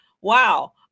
wow